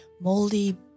moldy